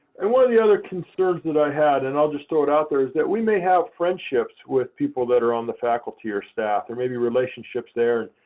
and one of the other concerns that i had and i'll just throw it out there is that we may have friendships with people that are on the faculty or staff. there may be relationships there.